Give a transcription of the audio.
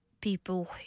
people